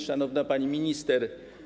Szanowna Pani Minister!